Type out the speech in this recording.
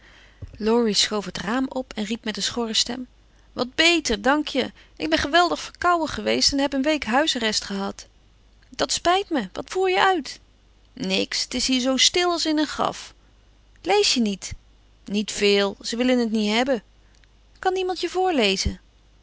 laurie schoof het raam op en riep met een schorre stem wat beter dank je ik ben geweldig verkouden geweest en heb een week huisarrest gehad dat spijt me wat voer je uit niks t is hier zoo stil als in een graf lees je niet niet veel ze willen het niet hebben kan niemand je voorlezen